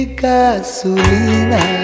gasolina